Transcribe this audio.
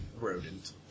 rodent